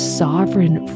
sovereign